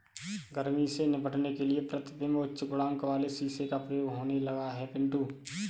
गर्मी से निपटने के लिए प्रतिबिंब उच्च गुणांक वाले शीशे का प्रयोग होने लगा है पिंटू